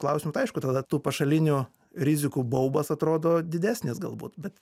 klausimų tai aišku tada tų pašalinių rizikų baubas atrodo didesnis galbūt bet